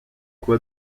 quoi